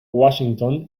washington